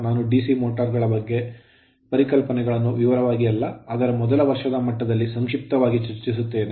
ನಾನು DC motor motor ಗಳ ಕೆಲವು ಪರಿಕಲ್ಪನೆಗಳನ್ನು ವಿವರವಾಗಿ ಅಲ್ಲ ಆದರೆ ಮೊದಲ ವರ್ಷದ ಮಟ್ಟದಲ್ಲಿ ಸಂಕ್ಷಿಪ್ತವಾಗಿ ಚರ್ಚಿಸುತ್ತೇನೆ